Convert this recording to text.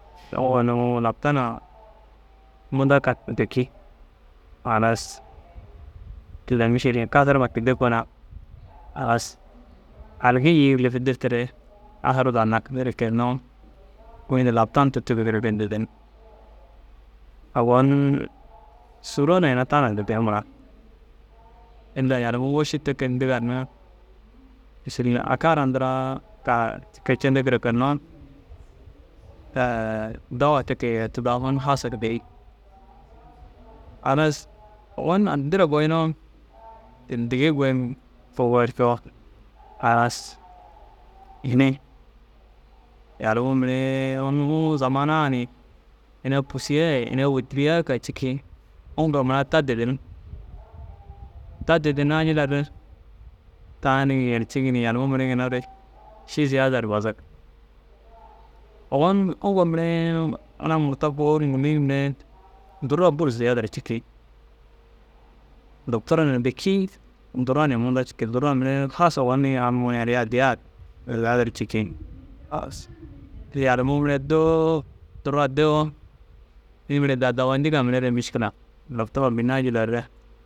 Uŋgo nuu laptanaa munda ka bêki. Halas illa mîšil kasar ma kidde koona halas aligi îyir lîfi dirtiere kasaru daa nakigire ke hinnoo goyindu laptan turtigire dîdin. Ogon sûro na ina tana dîdin mura. Illa «yalimuu woši te ke» indigaa hinnoo mîšil aka ara ndiraa ka cêndigire ke hinnoo dawa te ke da hun haasa re bêi. Halas ogon addira boyinoo digi goyiŋ kogor koo halas ini yalumuu miree unnu zaman a ni ina pûsiya ye ina wôtiriya ka cikii. Uŋgo mura ta dîdin. Ta dîdinnaa jillar re taanigini yerciŋ ni yalimuu mire ginna ši ziyaadar bazig. Ogon uŋgo miree ŋila murta fôu ru ŋûlli mire durra bur ziyaadar cikii. Dogtora na bêki durra ni munda cikii. Durra mire haasa ogoni amma unnu yaliya addiyaa ziyaadar cikii. Halas yalumuu mire doo durra doo ini mire daa dawayindiga mire re mîškila laptama bînna jillar re.